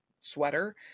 sweater